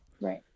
Right